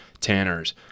tanners